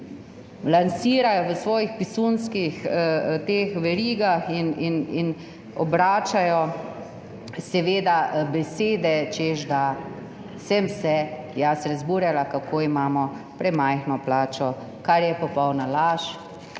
v svojih pisunskih verigah in obračajo besede, češ da sem se jaz razburjala, kako imamo premajhno plačo, kar je popolna laž